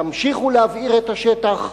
תמשיכו להבעיר את השטח.